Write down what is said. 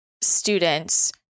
students